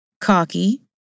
cocky